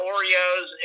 Oreos